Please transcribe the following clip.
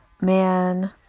man